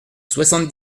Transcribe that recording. soixante